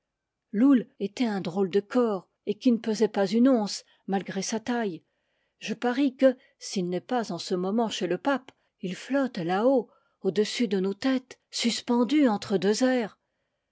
était un drôle de corps et qui ne pesait pas une once malgré sa taille je parie que ssil n'est pas en ce mo ment chez le pape il flotte là-haut au-dessus de nos têtes suspendu entre deux